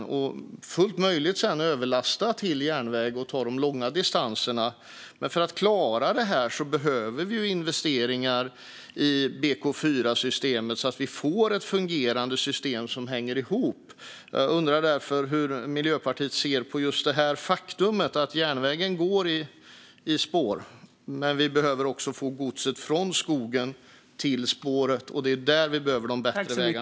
Sedan är det fullt möjligt att lasta över den till järnväg och ta de långa distanserna där, men för att klara detta behöver vi investeringar i BK4-systemet så att vi får ett fungerande system som hänger ihop. Jag undrar därför: Hur ser Miljöpartiet på det faktum att järnvägstrafiken går på spår? Vi också behöver få godset från skogen till spåren, och då behöver vi bättre vägar.